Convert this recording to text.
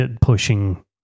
pushing